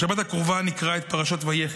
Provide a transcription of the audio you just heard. בשבת הקרובה נקרא את פרשת ויחי.